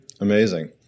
Amazing